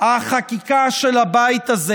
החקיקה של הבית הזה.